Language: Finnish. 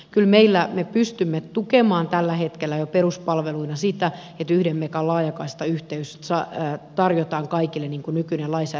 kylmillä me pystymme tukemaan tällä hetkellä jo peruspalveluna sitä nyt yhden megan laajakaistayhteys saattaa tarjota kaikille niin kun nykylaissa